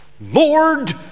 Lord